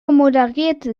moderiert